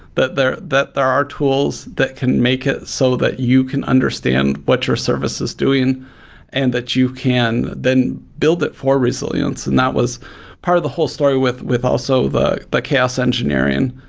but that there are tools that can make it so that you can understand what your service is doing and that you can then build it for resilience. and that was part of the whole story with with also the but chaos engineering,